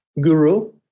guru